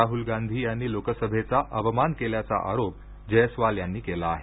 राहुल गांधी यांनी लोकसभेचा अवमान केल्याचा आरोप जयस्वाल यांनी केला आहे